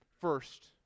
First